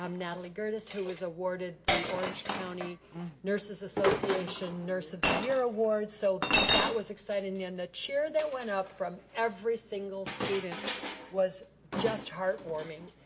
um natalie gurtis, who was awarded the orange county nurses' association nurse of the year award, so that was exciting and the cheer that went up from every single student was just heartwarming.